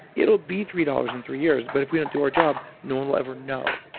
it'll be three dollars in three years. but if we don't do our job no one will ever know.